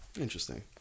Interesting